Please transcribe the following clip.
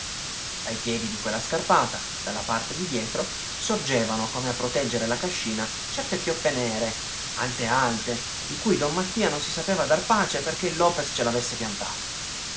ai piedi di quella scarpata dalla parte di dietro sorgevano come a proteggere la cascina certe pioppe nere alte alte di cui don mattia non si sapeva dar pace perché il lopes ce l'avesse piantate